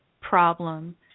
problem